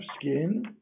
skin